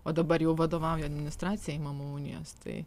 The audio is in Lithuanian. o dabar jau vadovauja administracijai mamų unijos tai